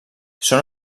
són